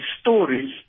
stories